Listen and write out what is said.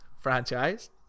franchise